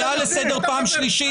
קריאה לסדר פעם שלישית.